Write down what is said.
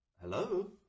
Hello